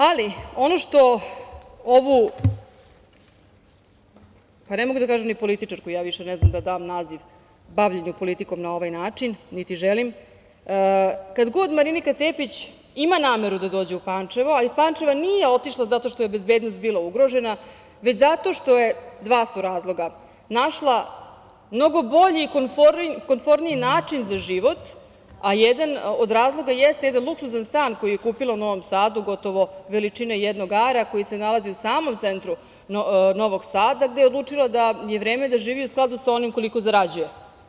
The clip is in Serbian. Ali, ono što ovu ne mogu da kažem ni političarku, ne znam da dam naziv bavljenja politikom na ovaj način, niti želim, kad god Marinika Tepić ima nameru da dođe u Pančevo, a iz Pančeva nije otišla zato što joj je bezbednost bila ugrožena, već zato što je, dva su razloga, našla mnogo bolji i komforniji način za život, a jedan od razloga jeste jedan luksuzan stan koji je kupila u Novom Sadu, gotovo veličine jednog ara, koji se nalazi u samom centru Novog Sada, gde je odlučila da je vreme da živi u skladu sa onim koliko zarađuje.